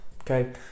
okay